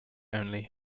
only